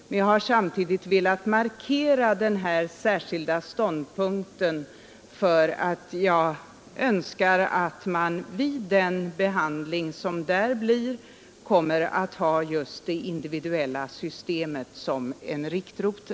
Men jag har samtidigt velat markera den särskilda ståndpunkt som ligger bakom min önskan att man vid den behandling som skall ske kommer att ha just det individuella systemet som en riktrote.